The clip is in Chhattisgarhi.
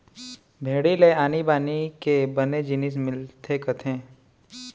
भेड़ी ले आनी बानी के बने जिनिस मिलथे कथें